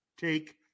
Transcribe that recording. take